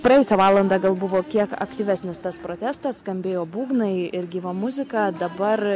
praėjusią valandą gal buvo kiek aktyvesnis tas protestas skambėjo būgnai ir gyva muzika dabar